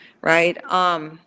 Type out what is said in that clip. right